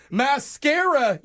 mascara